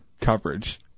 coverage